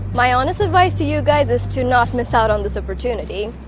my honest advice to you guys is to not miss out on this opportunity.